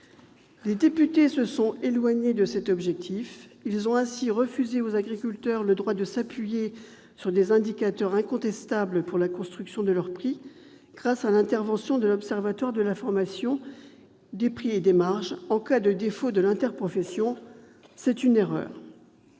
Les députés se sont éloignés de ces objectifs. Ils ont ainsi refusé aux agriculteurs le droit de s'appuyer sur des indicateurs incontestables pour la construction de leur prix grâce à l'intervention de l'Observatoire de la formation des prix et des marges en cas de défaut de l'interprofession : c'est une erreur.